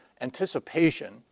anticipation